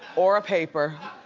or a paper.